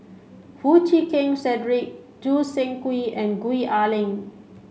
Foo Chee Keng Cedric Choo Seng Quee and Gwee Ah Leng